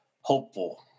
hopeful